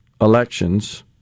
elections